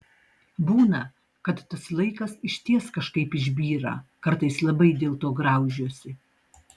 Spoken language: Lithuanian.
būna kad tas laikas išties kažkaip išbyra kartais labai dėlto graužiuosi